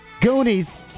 Goonies